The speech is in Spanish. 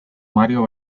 mario